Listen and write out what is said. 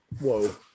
Whoa